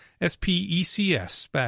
S-P-E-C-S